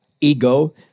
ego